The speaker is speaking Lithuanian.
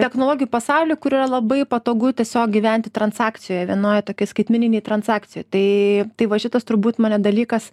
technologijų pasaulyje kurioje labai patogu tiesiog gyventi transakcijoj vienoj tokioj skaitmeninėj transakcijoj tai tai va šitas turbūt mane dalykas